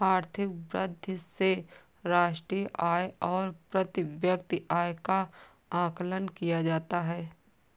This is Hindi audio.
आर्थिक वृद्धि से राष्ट्रीय आय और प्रति व्यक्ति आय का आकलन किया जाता है